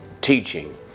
teaching